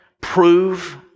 prove